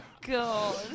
God